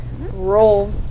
Roll